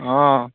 অঁ